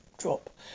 Drop